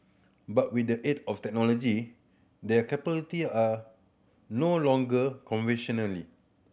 but with the aid of technology their capability are no longer conventionally